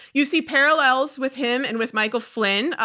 you see parallels with him and with michael flynn,